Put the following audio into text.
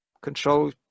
control